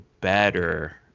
better